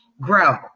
grow